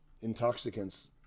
intoxicants